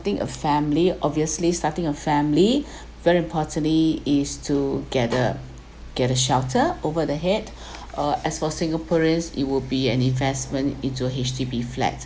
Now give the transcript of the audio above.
think a family obviously starting a family very importantly is to get a get a shelter over the head uh as for singaporeans it would be an investment into H_D_B flats